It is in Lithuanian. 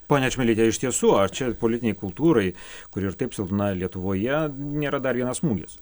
ponia čmilyte iš tiesų ar čia politinei kultūrai kuri ir taip silpna lietuvoje nėra dar vienas smūgis